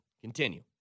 Continue